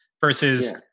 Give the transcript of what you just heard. versus